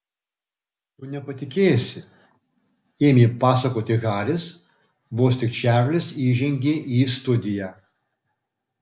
tu nepatikėsi ėmė pasakoti haris vos tik čarlis įžengė į studiją